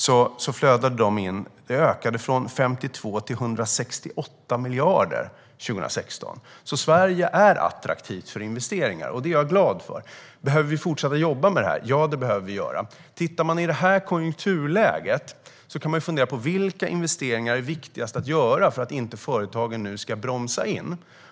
De flödade in och ökade från 52 till 168 miljarder 2016. Sverige är alltså attraktivt för investeringar, och det är jag glad för. Behöver vi fortsätta att jobba med detta? Ja, det behöver vi göra. I detta konjunkturläge kan man fundera på vilka investeringar som är viktigast att göra för att företagen nu inte ska bromsa in.